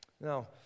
Now